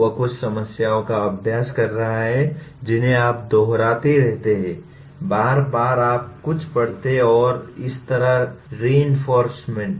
वह कुछ समस्याओं का अभ्यास कर रहा है जिन्हें आप दोहराते रहते हैं बार बार आप कुछ पढ़ते हैं और इसी तरह रिएंफोर्रसमेंट